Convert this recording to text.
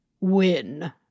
win